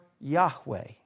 Yahweh